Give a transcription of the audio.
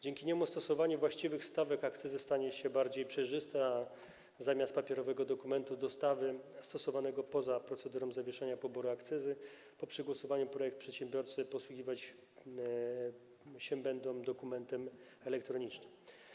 Dzięki niemu stosowanie właściwych stawek akcyzy stanie się bardziej przejrzyste, a zamiast papierowego dokumentu dostawy stosowanego poza procedurą zawieszenia poboru akcyzy po przegłosowaniu projektu przedsiębiorcy będą się posługiwać dokumentem elektronicznym.